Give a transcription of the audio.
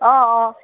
অঁ অঁ